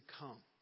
come